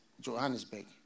Johannesburg